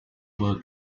were